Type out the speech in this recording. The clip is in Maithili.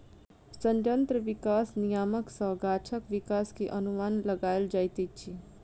संयंत्र विकास नियामक सॅ गाछक विकास के अनुमान लगायल जाइत अछि